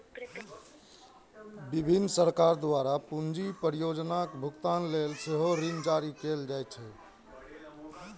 विभिन्न सरकार द्वारा पूंजी परियोजनाक भुगतान लेल सेहो ऋण जारी कैल जाइ छै